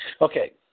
Okay